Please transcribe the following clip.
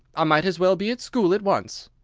i might as well be at school at once.